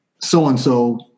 so-and-so